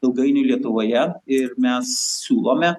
ilgainiui lietuvoje ir mes siūlome